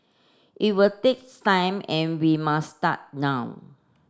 it will takes time and we must start now